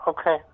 Okay